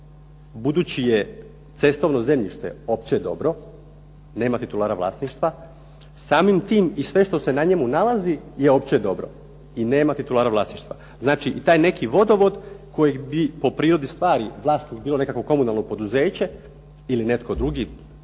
budući je cestovno zemljište opće dobro, nema titulara vlasništva samim tim i sve što se na njemu nalazi je opće dobro i nema titulara vlasništva. Znači i taj neki vodovod koji bi po prirodi stvari vlasnik bilo nekakvo komunalno poduzeće ili netko drugi